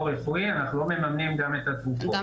רפואי אנחנו לא מממנים גם את התרופות.